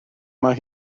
mae